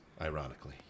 Ironically